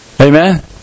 Amen